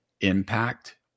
impact